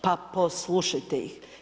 Pa poslušajte ih!